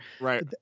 Right